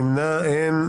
נמנע אין.